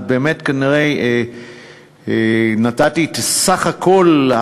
באמת כנראה נתתי את הסך הכול,